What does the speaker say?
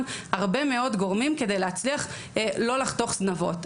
הרבה מאוד גורמים כדי להצליח לא לחתוך זנבות,